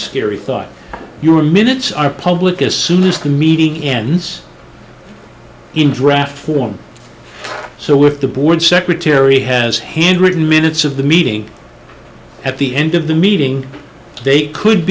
scary thought you are minutes are public as soon as the meeting ends in draft form so with the board secretary has hand written minutes of the meeting at the end of the meeting today could